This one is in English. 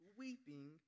weeping